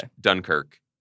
Dunkirk